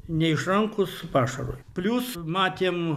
neišrankūs pašarui plius matėm